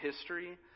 history